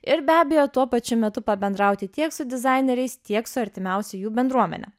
ir be abejo tuo pačiu metu pabendrauti tiek su dizaineriais tiek su artimiausia jų bendruomene